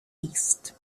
east